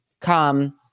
come